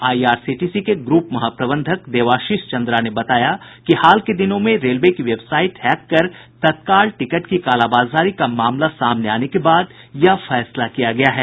IRCT के group महाप्रबंधक देवाशीष चन्द्रा ने बताया कि हाल के दिनों में रेलवे की वेबसाइट हैक कर तत्काल टिकट की कालाबाजारी का मामला सामने आने के बाद यह फैसला किया गया है